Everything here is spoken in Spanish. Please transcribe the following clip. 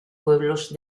pueblos